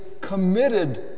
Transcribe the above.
committed